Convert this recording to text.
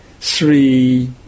three